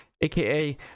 aka